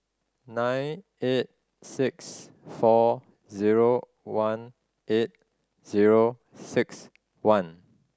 nine eight six four zero one eight zero six one